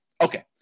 Okay